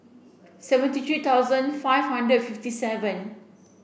seventy three thousand five hundred fifty seven